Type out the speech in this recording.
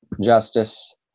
Justice